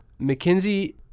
McKinsey